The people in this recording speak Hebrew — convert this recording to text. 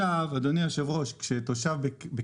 אבל כשתושב,